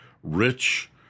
rich